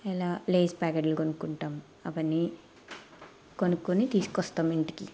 ఎలా లేస్ ప్యాకెట్లు కొనుకుంటాం అవన్నీ కొనుక్కొని తీసుకొస్తాం ఇంటికి